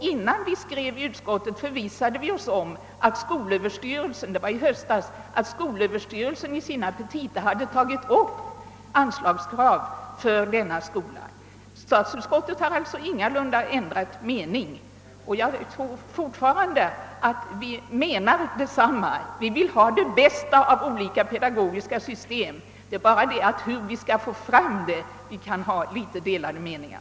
Innan vi skrev utlåtandet — det var i höstas — förvissade vi oss om att skolöverstyrelsen i sina petita hade tagit upp anslagskrav för denna skola. Statsutskottet har alltså ingalunda ändrat mening, och jag tror fortfarande att statsutskottet och statsrådet Moberg menar detsamma: vi vill ha det bästa av olika pedagogiska system, det är beträffande frågan om hur vi skall få fram det som vi kan ha delade meningar.